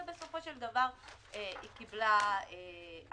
ובסופו של דבר היא קיבלה הכרעה.